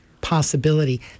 possibility